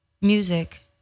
Music